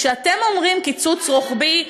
כשאתם אומרים קיצוץ רוחבי,